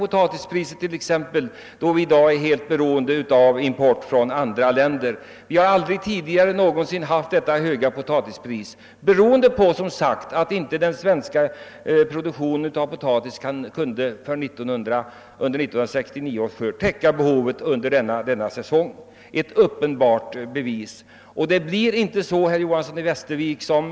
Potatispriset har t.ex. aldrig tidigare varit så högt som i dag, och detta helt på grund av att vi är beroende av import från andra länder. Den svenska potatisskörden 1969 var för liten för att täcka behovet. Det är väl om något ett uppenbart bevis för vad som kan hända om vi har för liten egen livsmedelsproduktion i landet.